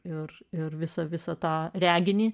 ir ir visą visą tą reginį